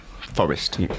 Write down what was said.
forest